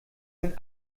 sind